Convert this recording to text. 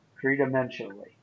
three-dimensionally